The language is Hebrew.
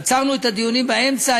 עצרנו את הדיונים באמצע,